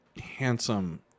handsome